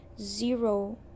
zero